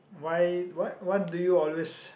why what what do you always